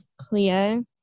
clear